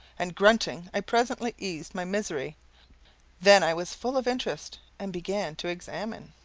and grunting, i presently eased my misery then i was full of interest, and began to examine.